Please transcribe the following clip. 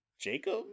Jacob